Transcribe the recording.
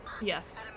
Yes